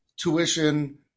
tuition